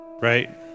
right